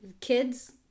kids